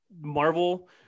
Marvel